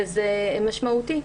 וזה משמעותי.